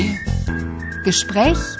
Gespräch